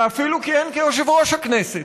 ואפילו כיהן כיושב-ראש הכנסת,